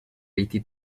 riti